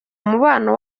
mubano